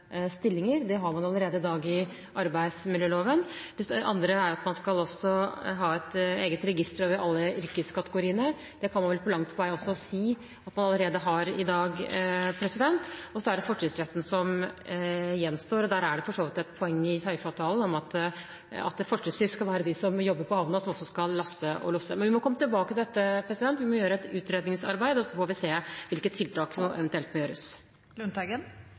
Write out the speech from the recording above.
stillinger. Det har man allerede i dag i arbeidsmiljøloven. Det andre er at man også skal ha et eget register over alle yrkeskategoriene. Det kan man vel langt på vei også si at man allerede har i dag. Og så er det fortrinnsretten som gjenstår, og der er det for så vidt et poeng i tariffavtalen om at det fortrinnsvis skal være de som jobber på havna, som også skal laste og losse. Men vi må komme tilbake til dette. Vi må gjøre et utredningsarbeid, og så får vi se hvilke tiltak som eventuelt må